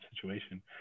situation